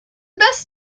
best